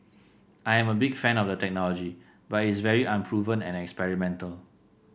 I am a big fan of the technology but is very unproven and experimental